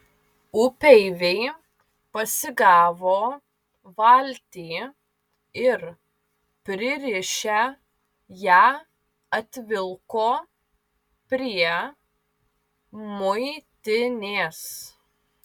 upeiviai pasigavo valtį ir pririšę ją atvilko prie muitinės